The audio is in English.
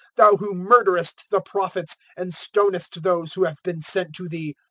thou who murderest the prophets and stonest those who have been sent to thee,